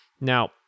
Now